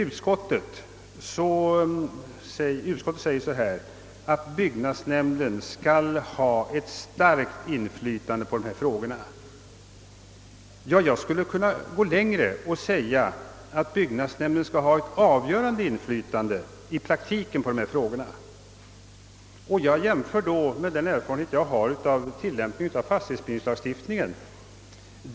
Utskottet skriver att byggnadsnämnden skall ha ett starkt inflytande på dessa frågor, och jag skulle kunna gå ännu längre och säga att nämnden i praktiken skall ha ett avgörande inflytande. Då jämför jag med den erfarenhet jag har av tillämpningen av fastighetsbildningslagstiftningen.